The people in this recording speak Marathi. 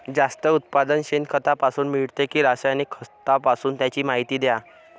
जास्त उत्पादन शेणखतापासून मिळते कि रासायनिक खतापासून? त्याची माहिती द्या